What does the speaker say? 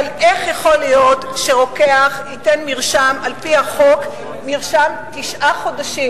אבל איך יכול להיות שרוקח ייתן מרשם על-פי החוק תשעה חודשים?